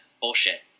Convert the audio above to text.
bullshit